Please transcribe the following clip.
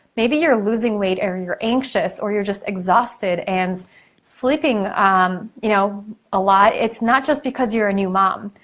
maybe you're losing weight or you're anxious, or you're just exhausted and sleeping um you know a lot, it's not just because you're a new mom.